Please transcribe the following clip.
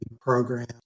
program